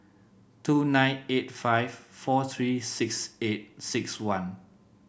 two nine eight five four three six eight six one